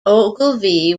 ogilvie